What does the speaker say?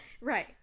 Right